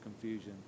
confusion